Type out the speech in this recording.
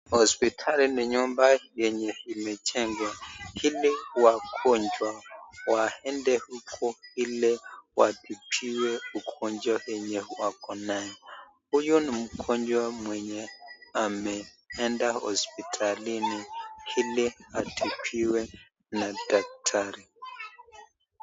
Hospitali ni nyumba enye imejengwa, ili wagonjwa waende huko ili watibiwe ugonjwa enye wako nayo, huyu ni mgonjwa mwenye ameenda hospitalini ili atibiwe na daktari.